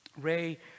Ray